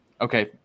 okay